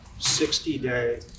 60-day